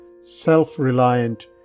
self-reliant